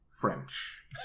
French